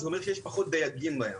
זה אומר שיש פחות דייגים בים.